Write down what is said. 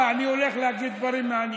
חבר הכנסת סובה, אני הולך להגיד דברים מעניינים.